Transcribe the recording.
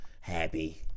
Happy